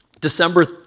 December